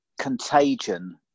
contagion